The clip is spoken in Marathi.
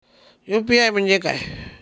यू.पी.आय म्हणजे काय?